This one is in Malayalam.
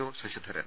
ഒ ശശിധരൻ